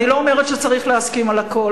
ואני לא אומרת שצריך להסכים על הכול.